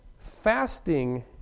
fasting